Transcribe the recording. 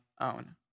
own